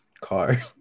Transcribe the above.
car